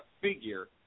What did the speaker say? figure